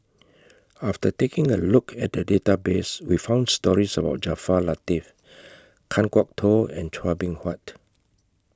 after taking A Look At The Database We found stories about Jaafar Latiff Kan Kwok Toh and Chua Beng Huat